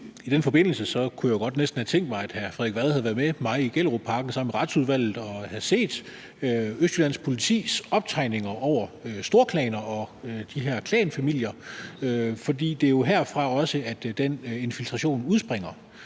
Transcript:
i den forbindelse kunne jeg jo næsten godt have tænkt mig, at hr. Frederik Vad havde været med mig i Gellerupparken sammen med Retsudvalget og havde set Østjyllands Politis optegninger over storklaner og de her klanfamilier, fordi det jo også er herfra, at den infiltration udspringer.